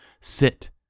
sit